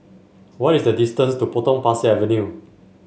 what is the distance to Potong Pasir Avenue